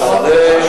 אתה שר בממשלה.